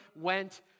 went